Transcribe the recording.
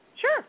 Sure